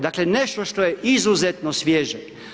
Dakle, nešto što je izuzetno svježe.